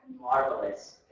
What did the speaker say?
Marvelous